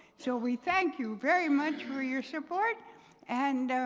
so we thank you very much for your support and